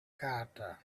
carter